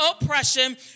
oppression